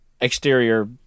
exterior